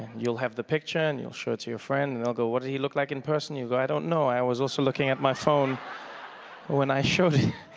you'll have the picture and you'll show it to your friend and they'll go what does he look like in person? you go, i don't know, i was also looking at my phone when i should